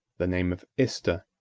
the name of ister.